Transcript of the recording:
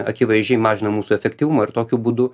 akivaizdžiai mažina mūsų efektyvumą ir tokiu būdu